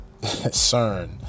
CERN